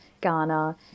Ghana